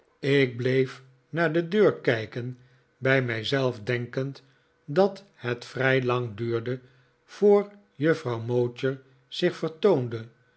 ik bleef naar de deur kijken bij mijzelf denkend dat het vrij lang duurde voor juffrouw mowcher zich vertoonde